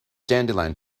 dandelion